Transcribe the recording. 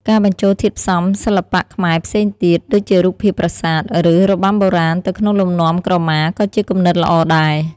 ការបញ្ចូលធាតុផ្សំសិល្បៈខ្មែរផ្សេងទៀត ដូចជារូបភាពប្រាសាទ ឬរបាំបុរាណ ទៅក្នុងលំនាំក្រមា ក៏ជាគំនិតល្អដែរ។